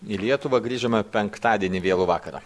į lietuvą grįžome penktadienį vėlų vakarą